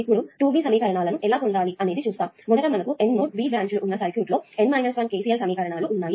ఇప్పుడు 2 B సమీకరణాలను ఎలా పొందాలి అనేది చూద్దాం మొదట మనకు N నోడ్ B బ్రాంచ్ లు ఉన్న సర్క్యూట్లో N 1 KCL సమీకరణాలు ఉన్నాయి